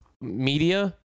media